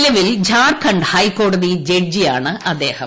നിലവിൽ ജാർഖണ്ഡ് ഹൈക്കോടതി ജഡ്ജാണ് ഇദ്ദേഹം